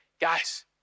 guys